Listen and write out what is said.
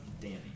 Danny